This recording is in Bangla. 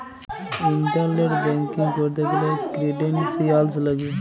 ইন্টারলেট ব্যাংকিং ক্যরতে গ্যালে ক্রিডেন্সিয়ালস লাগিয়ে